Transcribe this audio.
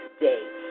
day